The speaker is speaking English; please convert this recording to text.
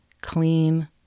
clean